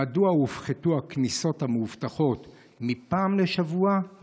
2. מדוע הופחתו הכניסות המאובטחות מאחת